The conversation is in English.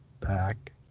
back